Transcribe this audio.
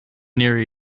near